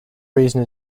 reason